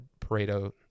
Pareto